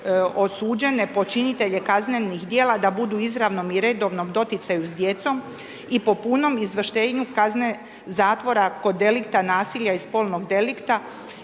osuđene počinitelje kaznenih djela da budu u izravnom i redovnom doticaju s djecom i po punom izvršenju kazne zatvora kod delikta nasilja i spolnog delikta